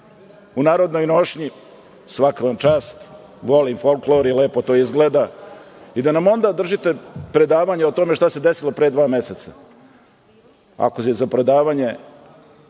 u narodnoj nošnji, svaka vam čast, volim folklor i lepo to izgleda i da nam onda držite predavanje o tome šta se desilo pre dva meseca, ako ste za predavanje